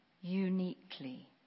uniquely